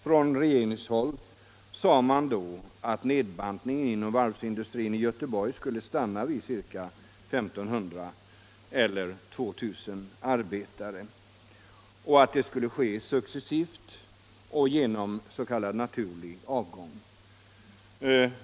Från regeringshåll sade man då att nedbantningen inom varvsindustrin i Göteborg skulle stanna vid ca 1 500 eller 2 000 arbetare och att den skulle ske successivt och genom s.k. naturlig avgång.